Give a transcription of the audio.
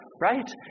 right